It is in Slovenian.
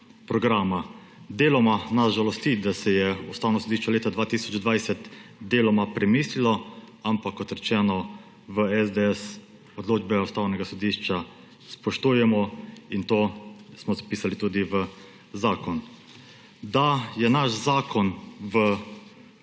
programa. Deloma nas žalosti, da se je Ustavno sodišče leta 2020 deloma premislilo, ampak kot rečeno, v SDS odločbe Ustavnega sodišča spoštujemo. To smo zapisali tudi v zakon. Da je naš zakon v